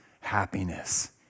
happiness